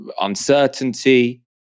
uncertainty